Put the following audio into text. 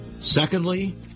Secondly